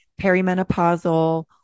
perimenopausal